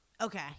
okay